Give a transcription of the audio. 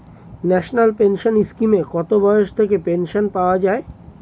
National pension স্কিমে কত বয়স থেকে পেনশন পাওয়া যায়?